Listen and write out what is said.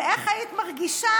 ואיך היית מרגישה